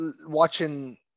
watching